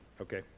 Okay